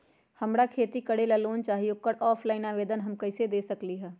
हमरा खेती करेला लोन चाहि ओकर ऑफलाइन आवेदन हम कईसे दे सकलि ह?